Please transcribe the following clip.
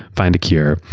find a cure,